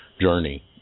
journey